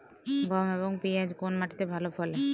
গম এবং পিয়াজ কোন মাটি তে ভালো ফলে?